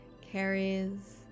carries